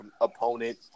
opponent